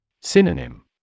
Synonym